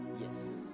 Yes